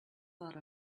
thought